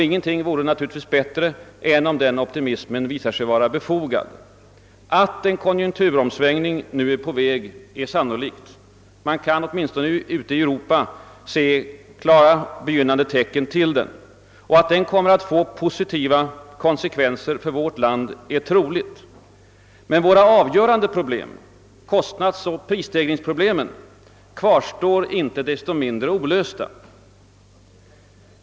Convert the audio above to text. Ingenting vore naturligtvis bättre än om denna optimism visade sig vara befogad. Att en konjunkturomsvängning är på väg är sannolikt. Man kan åtminstone ute i Europa se klara, begynnande tecken på den. Att den kommer att få positiva konsekvenser för vårt land är troligt, men våra avgörande problem, kostnadsoch prisstegringsproblemen, kvarstår inte desto mindre olösta.